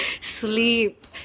sleep